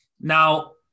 Now